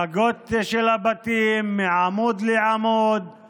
גגות של הבתים, מעמוד לעמוד;